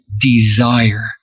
desire